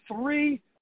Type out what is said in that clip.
three